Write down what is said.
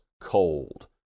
cold